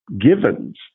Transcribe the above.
givens